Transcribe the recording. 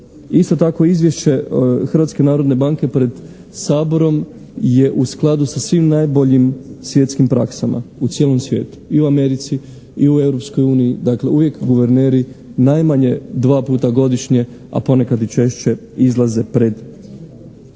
Hrvatske narodne banke pred Saborom je u skladu sa svim najboljim svjetskim praksama u cijelom svijetu. I u Americi, i u Europskoj uniji, dakle, uvijek guverneri najmanje dva puta godišnje, a ponekad i češće izlaze pred parlament